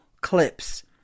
clips